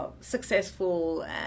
successful